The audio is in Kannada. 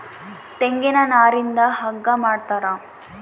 ತೆಂಗಿನ ನಾರಿಂದ ಹಗ್ಗ ಮಾಡ್ತಾರ